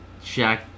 Shaq